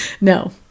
No